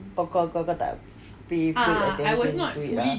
oh kau kau tak pay full attention there ah